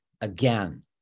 again